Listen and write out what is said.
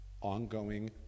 ongoing